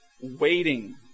waiting